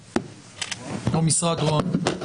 או משרד ראש הממשלה?